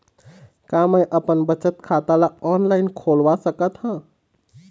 का मैं अपन बचत खाता ला ऑनलाइन खोलवा सकत ह?